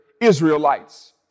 Israelites